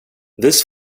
this